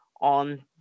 on